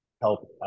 help